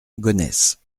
gonesse